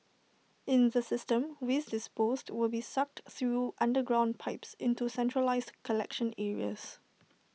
in the system waste disposed will be sucked through underground pipes into centralised collection areas